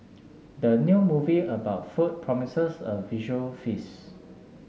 the new movie about food promises a visual feast